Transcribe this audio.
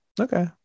Okay